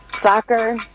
soccer